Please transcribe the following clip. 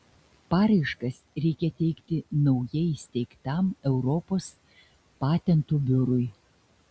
paraiškas reikia teikti naujai įsteigtam europos patentų biurui